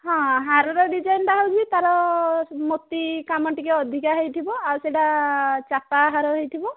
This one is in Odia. ହଁ ହାରର ଡିଜାଇନ୍ଟା ହେଉଛି ତା'ର ମୋତି କାମ ଟିକିଏ ଅଧିକ ହୋଇଥିବ ଆଉ ସେଇଟା ଚାପା ହାର ହେଇଥିବ